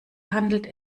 handelt